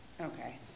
Okay